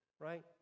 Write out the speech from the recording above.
right